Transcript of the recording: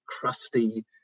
crusty